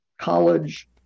College